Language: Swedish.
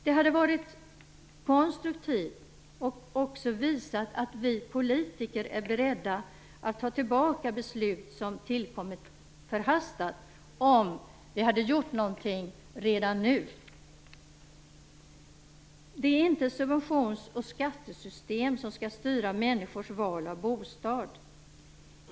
Det hade varit konstruktivt, och det hade också visat att vi politiker är beredda att ta tillbaka förhastade beslut, om vi hade gjort någonting redan nu. Det är inte subventions och skattesystem som skall styra människors val av bostad.